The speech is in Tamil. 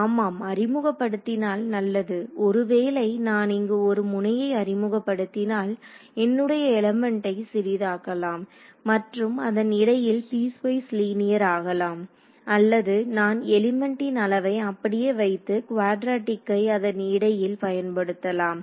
ஆமாம் அறிமுகப்படுத்தினால் நல்லது ஒரு வேளை நான் இங்கு ஒரு முனையை அறிமுகப்படுத்தினால் என்னுடைய எலிமெண்ட்டை சிறிதாக்கலாம் மற்றும் அதன் இடையில் பீஸ்வைஸ் லீனியர் ஆகலாம் அல்லது நான் எலிமெண்ட்டின் அளவை அப்படியே வைத்து குவாட்ரெடிக்கை அதன் இடையில் பயன்படுத்தலாம்